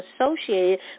associated